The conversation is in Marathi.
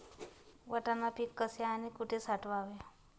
वाटाणा पीक कसे आणि कुठे साठवावे?